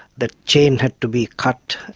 the chain had to be cut.